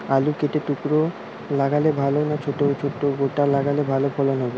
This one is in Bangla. আলু কেটে টুকরো লাগালে ভাল না ছোট গোটা লাগালে ফলন ভালো হবে?